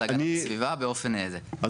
להגנת הסביבה תקנים באופן כזה --- לא,